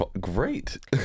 great